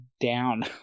down